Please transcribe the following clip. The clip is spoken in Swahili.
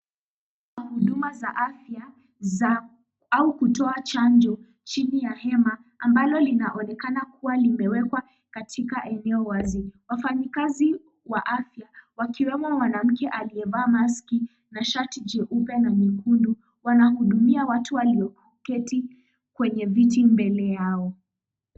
Huduma za afya za au kutoa chanjo chini ya hema ambalo linaonekana kuwa limewekwa katika eneo wazi , wafanyikazi wa afya wakiwemo mwanamke aliyevaa maski na shati jeupe na nyekundu wanahudumia watu walioketi kwenye viti mbele yao.